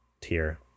tier